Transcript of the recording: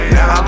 Now